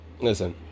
listen